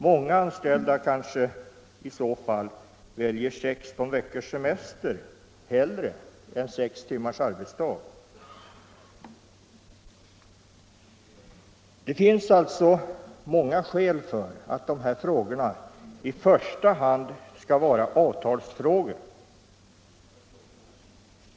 Många anställda kanske väljer 16 veckors semester hellre än sex timmars arbetsdag. Det finns alltså många skäl för att de här frågorna i första hand skall vara avtalsfrågor.